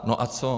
No a co?